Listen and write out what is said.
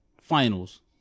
finals